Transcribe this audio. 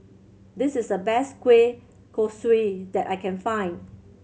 this is the best kueh kosui that I can find